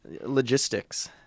logistics